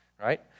right